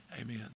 Amen